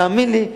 תאמין לי,